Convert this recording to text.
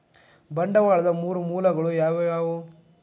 ಬಂಡವಾಳದ್ ಮೂರ್ ಮೂಲಗಳು ಯಾವವ್ಯಾವು?